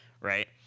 right